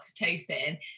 oxytocin